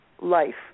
life